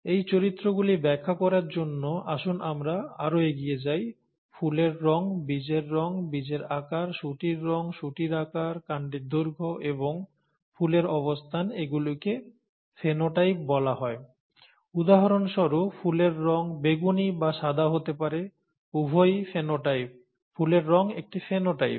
এই চরিত্রগুলি ব্যাখ্যা করার জন্য আসুন আমরা আরো এগিয়ে যাই ফুলের রঙ বীজের রঙ বীজের আকার শুঁটির রঙ শুঁটির আকার কাণ্ডের দৈর্ঘ্য এবং ফুলের অবস্থান এগুলিকে ফেনোটাইপ বলা হয় উদাহরণস্বরূপ ফুলের রঙ বেগুনি বা সাদা হতে পারে উভয়ই ফেনোটাইপ ফুলের রঙ একটি ফেনোটাইপ